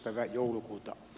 päivä joulukuuta